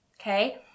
okay